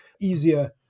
easier